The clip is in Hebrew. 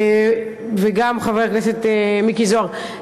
וגם חבר הכנסת מיקי זוהר.